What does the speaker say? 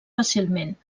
fàcilment